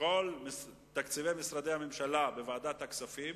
כל תקציבי משרדי הממשלה בוועדת הכספים.